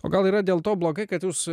o gal yra dėl to blogai kad jūs